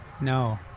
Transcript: No